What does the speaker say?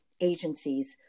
agencies